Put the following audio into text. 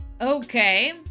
Okay